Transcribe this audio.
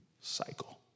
cycle